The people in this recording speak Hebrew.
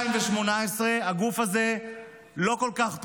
מ-2018 הגוף הזה לא כל כך פועל,